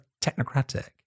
technocratic